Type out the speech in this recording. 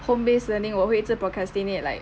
home based learning 我会一直 procrastinate like